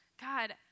God